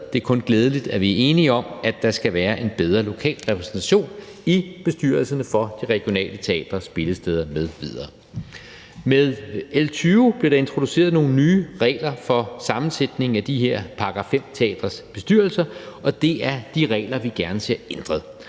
Det er kun glædeligt, at vi er enige om, at der skal være en bedre lokal repræsentation i bestyrelserne for de regionale teatre, spillesteder m.v. Med L 20 blev der introduceret nogle nye regler for sammensætningen af de her § 5-teatres bestyrelser, og det er de regler, vi gerne ser ændret,